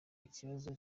ikibazo